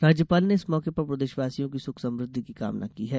राज्यपाल ने इस मौके पर प्रदेशवासियों की सुख समृद्धि की कामना की है